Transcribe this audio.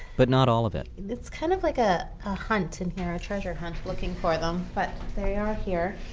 but not all of it it's kind of like a hunt in here, a treasure hunt looking for them. but they are here.